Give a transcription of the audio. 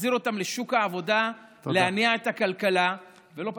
להחזיר אותם לשוק העבודה, להניע את הכלכלה, תודה.